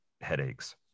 headaches